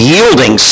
Yielding